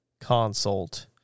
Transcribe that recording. consult